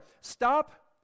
Stop